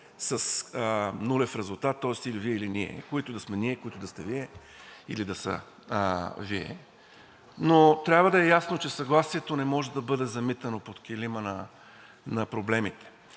с нулев резултат, тоест или Вие, или ние, които и да сме ние, които и да сте Вие, или да са Вие. Но трябва да е ясно, че съгласието не може да бъде замитано под килима на проблемите.